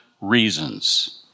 reasons